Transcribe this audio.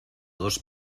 dos